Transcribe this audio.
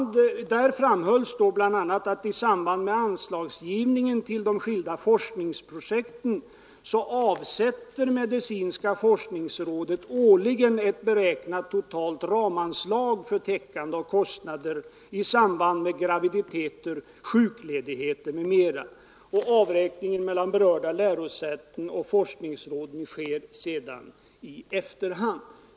Där framhölls bl.a. att i samband med anslagsgivningen till de skilda forskningsprojekten avsätter medicinska forskningsrådet årligen ett beräknat totalt ram anslag för täckande av kostnader i samband med graviditeter, sjukledighet m.m. Avräkningen mellan berörda lärosäten och forskningsrådet görs sedan i efterhand.